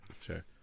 sure